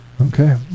Okay